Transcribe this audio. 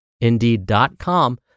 Indeed.com